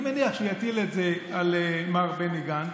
אני מניח שהוא יטיל את זה על מר בני גנץ,